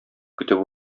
көтеп